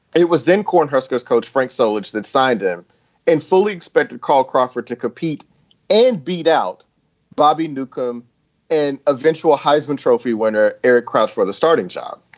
it was then cornhuskers coach frank soldier that signed him and fully expected carl crawford to compete and beat out bobby newcomb and eventual heisman trophy winner erich krauss for the starting job.